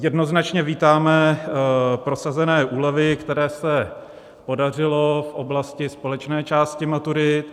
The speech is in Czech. Jednoznačně vítáme prosazené úlevy, které se podařily v oblasti společné části maturit.